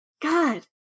god